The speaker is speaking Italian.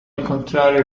incontrare